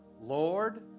Lord